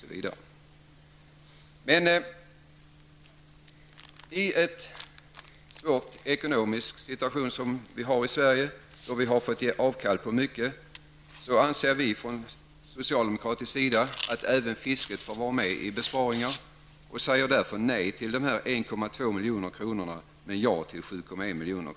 I nuvarande svåra ekonomiska läge, då vi har fått ge avkall på mycket, anser vi socialdemokrater att även fisket bör utsättas för besparingar, och därför säger vi nej till dessa 1,2 milj.kr. men ja till de 7,1 miljonerna.